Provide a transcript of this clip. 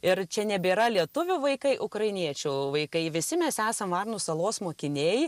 ir čia nebėra lietuvių vaikai ukrainiečių vaikai visi mes esam varnų salos mokiniai